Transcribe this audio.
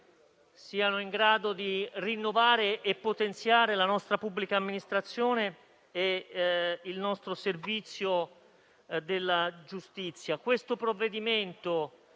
siano in grado di rinnovare e potenziare la nostra pubblica amministrazione e il nostro servizio della giustizia. Il provvedimento